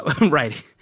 right